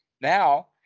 now